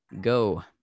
go